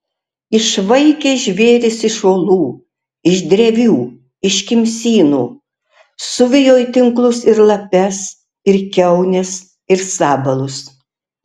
išvaikė žvėris iš olų iš drevių iš kimsynų suvijo į tinklus ir lapes ir kiaunes ir sabalus